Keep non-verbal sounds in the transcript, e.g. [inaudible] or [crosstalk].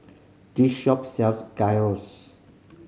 this shop sells [unintelligible]